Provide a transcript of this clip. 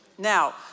Now